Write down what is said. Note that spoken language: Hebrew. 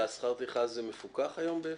ושכר הטרחה הזה מפוקח היום איפשהו?